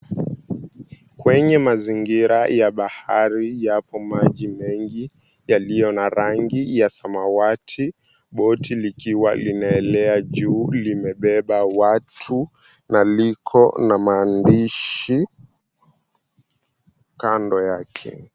Kwenye mazingira ya bahari yapo maji mengi yaliyo na rangi ya samawati, boti likiwa linaelea juu limebeba watu na liko na maandishi kando yake.